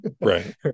right